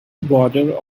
border